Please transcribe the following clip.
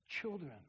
Children